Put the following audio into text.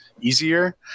easier